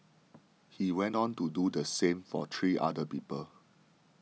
he went on to do the same for three other people